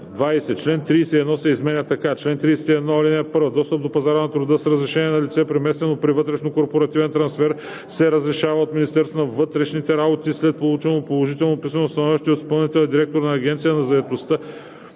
20. Член 31 се изменя така: „Чл. 31. (1) Достъп до пазара на труда с разрешение за лице, преместено при вътрешнокорпоративен трансфер се разрешава от Министерството на вътрешните работи след получено положително писмено становище от изпълнителния директор на Агенцията на заетостта,